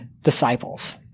disciples